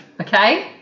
Okay